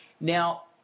Now